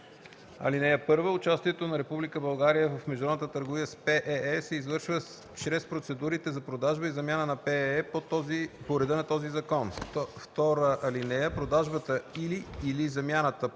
19. (1) Участието на държавата в международната търговия с ПЕЕ се извършва чрез процедурите за продажба и замяна на ПЕЕ по реда на този закон. (2) Продажбата и/или замяната